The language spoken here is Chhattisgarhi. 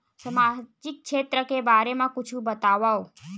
सामाजिक क्षेत्र के बारे मा कुछु बतावव?